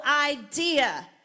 idea